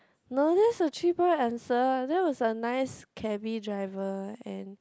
no that's a three point answer that was a nice cabby driver and